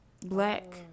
Black